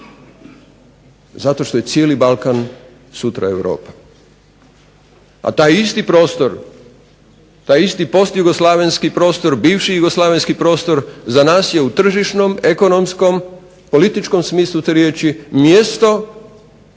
zato što je cijeli Balkan sutra Europa. A taj isti prostor, taj isti postjugoslavenski prostor, bivši Jugoslavenski prostor za nas je u tržišnom, ekonomskom, političkom smislu te riječi mjesto